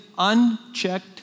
Unchecked